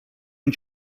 and